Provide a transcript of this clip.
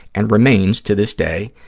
and remains to this day,